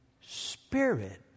Spirit